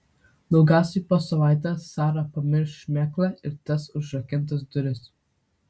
daugiausiai po savaitės sara pamirš šmėklą ir tas užrakintas duris